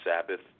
Sabbath